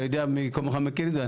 מי כמוך מכיר את זה,